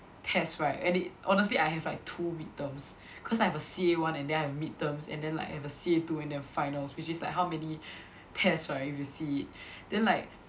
test right and it honestly I have like two mid terms cause I have a C_A one and then I have mid terms and then like have a C_A two and then a finals which is like how many tests right if you see then like